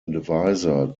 advisor